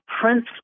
Prince